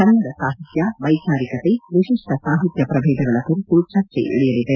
ಕನ್ನಡ ಸಾಹಿತ್ಯ ವೈಚಾರಿಕತೆ ವಿಶಿಷ್ಟ ಸಾಹಿತ್ಯ ಪ್ರಭೇದಗಳ ಕುರಿತು ಚರ್ಚೆ ನಡೆಯಲಿದೆ